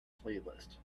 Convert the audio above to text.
playlist